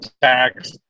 tax